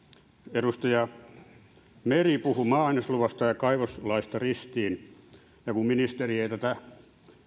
edustaja meri puhui maa ainesluvasta ja kaivoslaista ristiin ja kun ministeri ei tätä